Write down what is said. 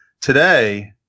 today